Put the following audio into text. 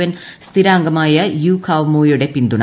N സ്ഥിരാംഗമായ യു കാവ് മോയുടെ പിന്തുണ